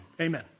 Amen